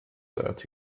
sat